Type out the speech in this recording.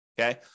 Okay